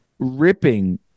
ripping